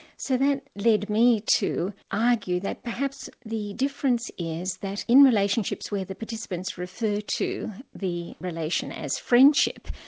so that led me to argue that perhaps the difference is that, in relationships where the participants refer to the relation as friendship,